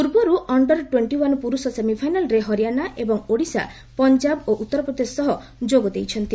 ପୂର୍ବରୁ under twenty one ପୁରୁଷ ସେମିଫାଇନାଲ୍ରେ ହରିଆଣା ଏବଂ ଓଡ଼ିଶା ପଞ୍ଜାବ ଓ ଉତ୍ତରପ୍ରଦେଶ ସହ ଯୋଗ ଦେଇଛନ୍ତି